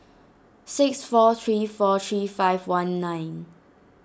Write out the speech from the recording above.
six four three four three five one nine